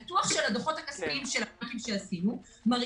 ניתוח שעשינו של הדוחות הכספיים של הבנקים מראה